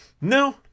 No